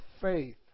faith